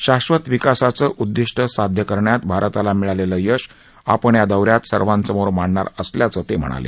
शाश्वत विकासाचं उद्दिष्ट साध्य करण्यात भारताला मिळालेलं यश आपण या दौ यात सर्वांसमोर मांडणार असल्याचं ते म्हणाले